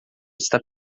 está